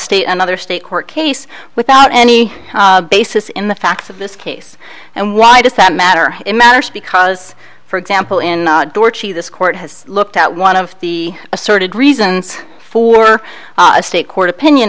state another state court case without any basis in the facts of this case and why does that matter it matters because for example in this court has looked at one of the asserted reasons for state court opinion